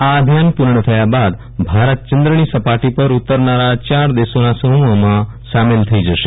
આ અભિયાન પૂર્ણ થયા બાદ ભારત ચંદ્રની સપાટી પર ઉતારનારા ચાર દેશોના સમુહમાં સામેલ થઇ જશે